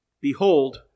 Behold